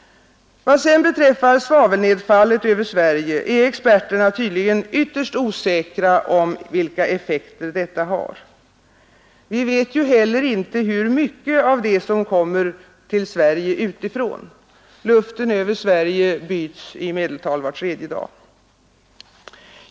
Vad sedan beträffar svavelnedfallet över Sverige är experterna tydligen ytterst osäkra om vilka effekter detta har. Vi vet heller inte hur mycket om det som kommer till Sverige utifrån — luften över Sverige byts i medeltal var tredje dag.